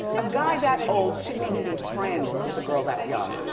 a guy that old shouldn't even be friends with a girl that young.